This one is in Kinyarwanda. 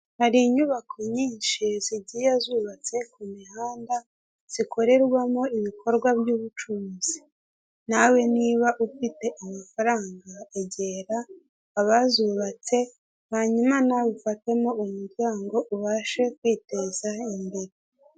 Hari inyubako nyinshi zigiye zubatse ku mihanda zikorerwamo ibikorwa by'ubucuruzi. Nawe niba ufite amafaranga egera abazubatse, hanyuma nawe ufatemo umuryango ubashe kwiteza imbere.